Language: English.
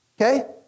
okay